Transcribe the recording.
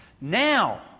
now